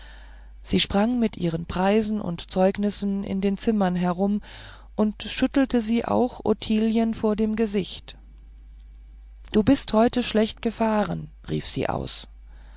sie sprang mit ihren preisen und zeugnissen in den zimmern herum und schüttelte sie auch ottilien vor dem gesicht du bist heute schlecht gefahren rief sie aus